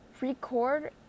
record